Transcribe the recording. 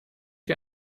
wir